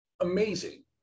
amazing